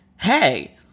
hey